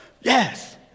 yes